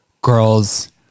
girls